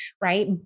right